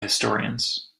historians